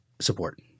support